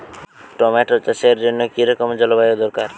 Tomato চাষের জন্য কি রকম জলবায়ু দরকার?